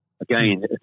again